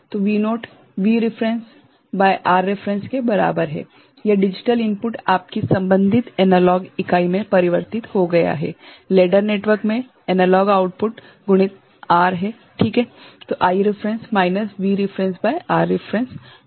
तो V0 V reference भागित R reference के बराबर है यह डिजिटल इनपुट आपकी संबंधित एनालॉग इकाई में परिवर्तित हो गया है लेडर नेटवर्क में एनालॉग आउटपुट गुणित R ठीक है